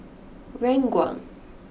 Ranggung